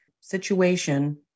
situation